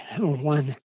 one